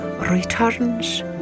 returns